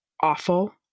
awful